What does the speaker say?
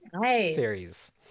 Series